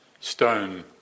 stone